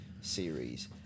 series